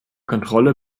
kontrolle